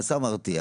מאסר מרתיע.